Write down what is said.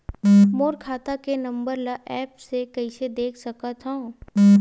मोर खाता के नंबर ल एप्प से कइसे देख सकत हव?